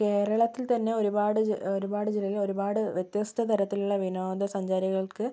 കേരളത്തിൽ തന്നെ ഒരുപാട് ജി ഒരുപാട് ജില്ലയിൽ ഒരുപാട് വ്യത്യസ്ത തരത്തിലുള്ള വിനോദ സഞ്ചാരികൾക്ക്